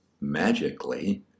Magically